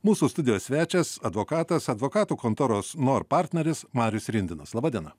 mūsų studijos svečias advokatas advokatų kontoros nor partneris marius rindinas laba diena